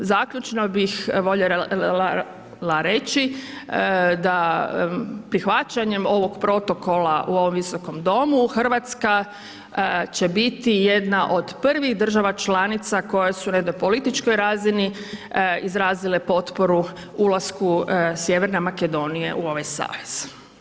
Zaključno bih voljela reći da prihvaćanjem ovog protokola u ovom Visokom domu, RH će biti jedna od prvih država članica koje su na jednoj političkoj razini izrazile potporu ulasku sjeverne Makedonije u ovaj savez.